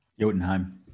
Jotunheim